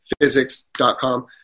physics.com